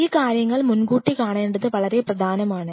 ഈ കാര്യങ്ങൾ മുൻകൂട്ടി കാണേണ്ടത് വളരെ പ്രധാനമാണ്